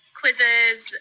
quizzes